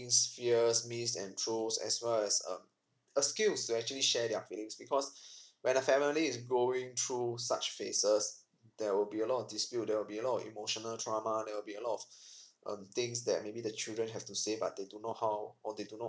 in fears miss and close as well as um a skill is to actually share their feeling because when the family is going through such phases there will be a lot of dispute there will be a lot of emotional trauma there will be a lot of um things that maybe the children have to say but they don't know how or they do not